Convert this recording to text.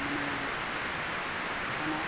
ᱢᱟᱱᱮ ᱡᱟᱦᱟᱱᱟᱜ